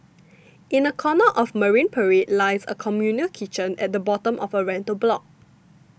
in a corner of Marine Parade lies a communal kitchen at the bottom of a rental block